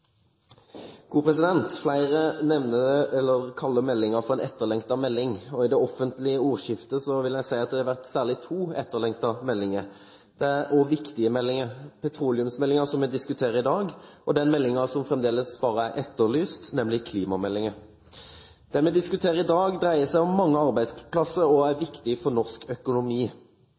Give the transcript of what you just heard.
Flere kaller meldingen for en etterlengtet melding. I det offentlige ordskiftet vil jeg si det særlig har vært to etterlengtede meldinger. Det er også viktige meldinger: Petroleumsmeldingen, som vi diskuterer i dag, og den meldingen som fremdeles bare er etterlyst, nemlig klimameldingen. Den vi diskuterer i dag, dreier seg om mange arbeidsplasser og er viktig for norsk økonomi.